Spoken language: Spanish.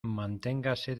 manténgase